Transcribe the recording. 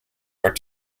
are